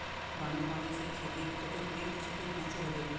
बानेर पानी से खेतीत कते खुरी क्षति पहुँचो होबे?